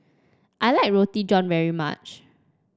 I like Roti John very much